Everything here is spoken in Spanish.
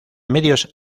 medios